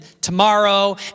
tomorrow